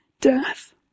death